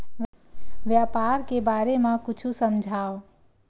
व्यापार के बारे म कुछु समझाव?